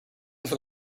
from